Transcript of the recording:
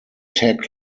tag